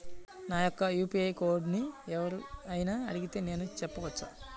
నా యొక్క యూ.పీ.ఐ కోడ్ని ఎవరు అయినా అడిగితే నేను చెప్పవచ్చా?